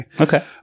Okay